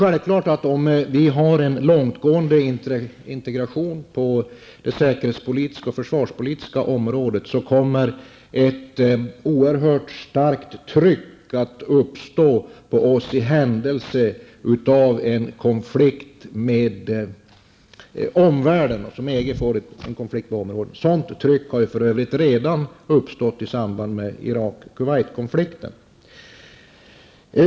Om vi har en långtgående integration på det säkerhetspolitiska och försvarspolitiska området är det självklart att ett oerhört starkt tryck kommer att uppstå på oss i händelse av att en konflikt uppstår mellan EG och omvärlden. Ett sådant tryck uppstod för övrigt i samband med Irak--Kuwaitkonflikten.